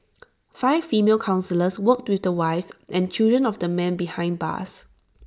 five female counsellors worked to the wives and children of the men behind bars